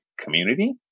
community